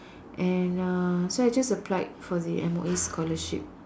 and uh so I just applied for the M_O_E scholarship